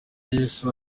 yesu